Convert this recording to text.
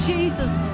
Jesus